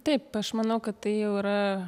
taip aš manau kad tai jau yra